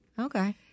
Okay